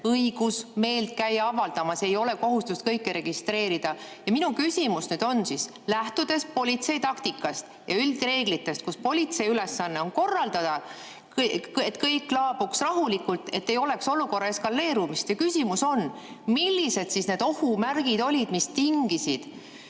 õigus käia meelt avaldamas, ei ole kohustust kõiki registreerida. Ja minu küsimus nüüd on, lähtudes politsei taktikast ja üldreeglitest, et politsei ülesanne on korraldada nii, et kõik laabuks rahulikult, et ei oleks olukorra eskaleerumist: millised siis olid need ohumärgid, mis tingisid